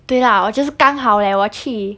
对啦我就是刚好 leh 我去